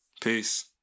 Peace